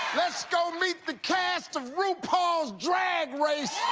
let's go meet the cast of rupaul's drag race!